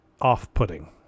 off-putting